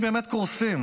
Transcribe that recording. אנשים באמת קורסים.